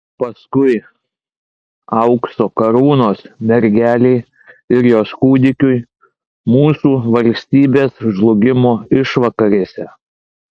paskui aukso karūnos mergelei ir jos kūdikiui mūsų valstybės žlugimo išvakarėse